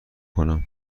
کنم